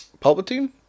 Palpatine